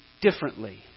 differently